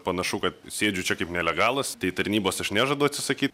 panašu kad sėdžiu čia kaip nelegalas tai tarnybos aš nežadu atsisakyt